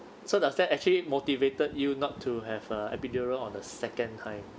so does that actually motivated you not to have a epidural on a second time